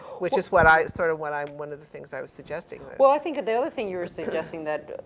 which is what, i sort of what i, one of the things i was suggesting, that. well, i think that the other thing you were suggesting that,